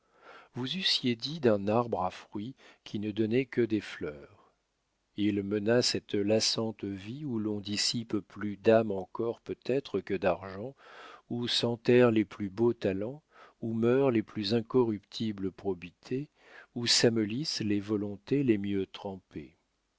vous eussiez dit d'un arbre à fruit qui ne donnait que des fleurs il mena cette lassante vie où l'on dissipe plus d'âme encore peut-être que d'argent où s'enterrent les plus beaux talents où meurent les plus incorruptibles probités où s'amollissent les volontés les mieux trempées